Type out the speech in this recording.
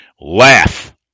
laugh